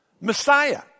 Messiah